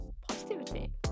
Positivity